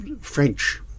French